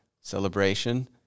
celebration